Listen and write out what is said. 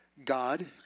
God